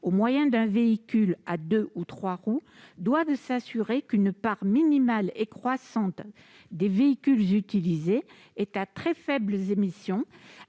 au moyen d'un véhicule à deux ou trois roues doivent, d'une part, s'assurer qu'une part minimale et croissante des véhicules utilisés est à très faibles émissions